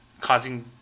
causing